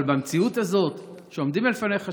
אבל במציאות הזאת שעומדים לפניך שניהם,